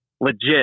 legit